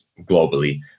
globally